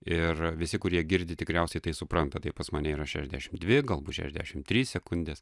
ir visi kurie girdi tikriausiai tai supranta tai pas mane yra šešiasdešim dvi galbūt šešiasdešim sekundės